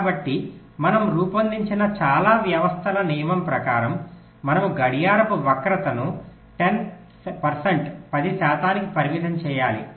కాబట్టి మనము రూపొందించిన చాలా వ్యవస్థల నియమం ప్రకారం మనము గడియారపు వక్రతను 10 శాతానికి పరిమితం చేయాలి